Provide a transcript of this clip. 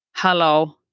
Hello